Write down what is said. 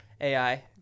ai